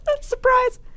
Surprise